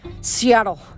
Seattle